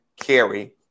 carry